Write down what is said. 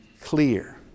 clear